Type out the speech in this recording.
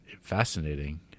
Fascinating